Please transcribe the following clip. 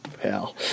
Hell